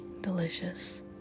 delicious